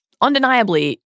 undeniably